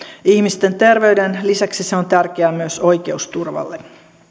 ihmisten terveyden lisäksi se on tärkeää myös oikeusturvalle